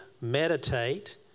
meditate